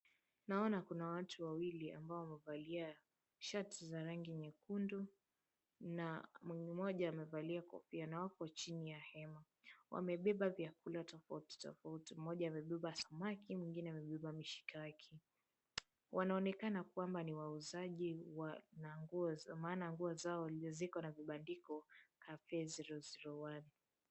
Naona kuna watu wawili ambao wamevalia shati za rangi nyekundu na mmoja amevalia kofia na wako chini ya hema. Wamebeba vyakula tofauti tofauti, mmoja amebeba samaki, mwingine amebeba mishikaki. Wanaonekana kwamba ni wauzaji maana nguo zao ziko na vibandiko, "Cafe 001."